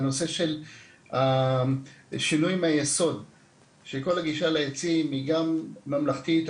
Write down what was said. הנושא של שינוי מהיסוד שכל הגישה לעצים היא גם ממלכתית,